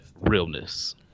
realness